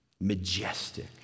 majestic